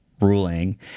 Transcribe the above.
ruling